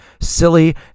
silly